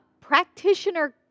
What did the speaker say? practitioner